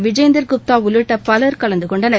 விஜேந்தர் குப்தா உள்ளிட்ட பலர் கலந்துகொண்டனர்